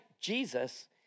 Jesus